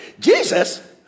Jesus